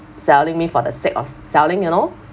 selling me for the sake of selling you know